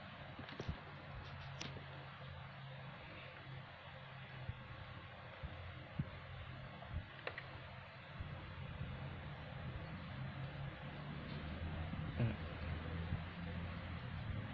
mm